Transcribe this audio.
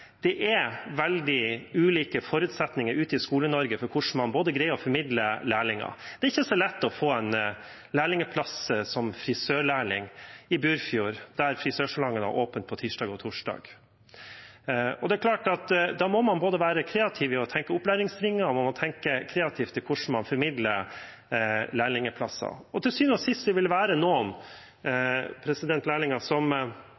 veldig ulike forutsetninger ute i Skole-Norge for hvordan man greier å formidle lærlinger. Det er ikke så lett å få en lærlingplass som frisørlærling i Burfjord, der frisørsalongen har åpent på tirsdag og torsdag. Det er klart at da må man både være kreativ i å tenke på opplæringslinjen og tenke kreativt om hvordan man formidler lærlingplasser. Til syvende og sist vil det være noen elever som ikke får lærlingplass. Spørsmålet må da bli: Vil det være